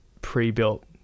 pre-built